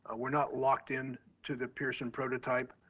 ah we're not locked in to the pearson prototype.